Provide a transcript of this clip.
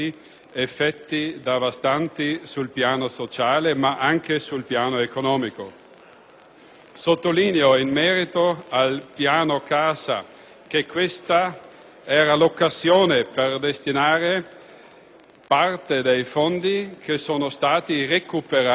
Sottolineo, in merito al Piano casa, che questa era l'occasione per destinare parte dei fondi che sono stati recuperati nel decreto‑legge in esame per dare una risposta anche a migliaia di famiglie